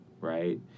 right